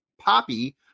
Poppy